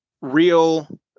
real